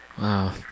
Wow